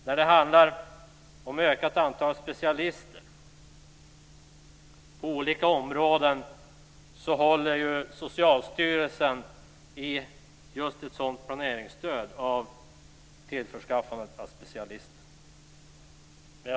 När det gäller detta med ett ökat antal specialister på olika områden håller Socialstyrelsen i just ett planeringsstöd för tillförskaffandet av specialister.